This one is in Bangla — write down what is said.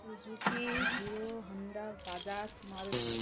Suzuki Hero Honda Bajaj Maruti